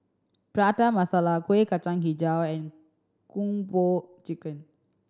Prata Masala Kuih Kacang Hijau and Kung Po Chicken